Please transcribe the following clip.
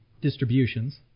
distributions